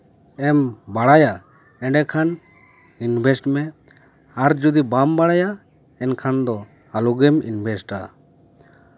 ᱮᱢ ᱵᱟᱲᱟᱭᱟ ᱮᱰᱮᱠᱷᱟᱱ ᱤᱱᱵᱷᱮᱥᱴ ᱢᱮ ᱟᱨ ᱡᱩᱫᱤ ᱵᱟᱢ ᱵᱟᱲᱟᱭᱟ ᱮᱱᱠᱷᱟᱱ ᱫᱚ ᱟᱞᱚ ᱜᱮᱢ ᱤᱱᱵᱷᱮᱥᱴᱼᱟ